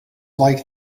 like